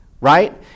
right